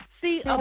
see